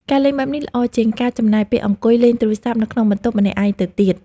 ការលេងបែបនេះល្អជាងការចំណាយពេលអង្គុយលេងទូរស័ព្ទនៅក្នុងបន្ទប់ម្នាក់ឯងទៅទៀត។